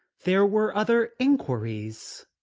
there were other enquiries.